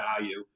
value